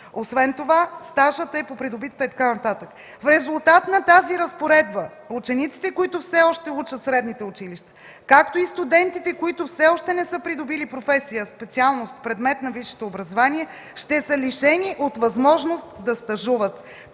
Освен това, стажът е по придобитата”... и така нататък. „В резултат на тази разпоредба учениците, които все още учат в средните училища, както и студентите, които все още не са придобили професия, специалност – предмет на висшето образование, ще са лишени от възможност да стажуват.